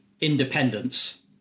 independence